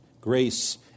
grace